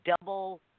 double